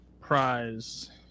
prize